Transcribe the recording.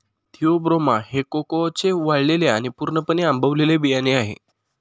Theobroma हे कोकाओचे वाळलेले आणि पूर्णपणे आंबवलेले बियाणे आहे